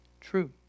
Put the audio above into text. true